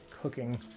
cooking